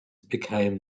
became